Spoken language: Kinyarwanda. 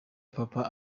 papa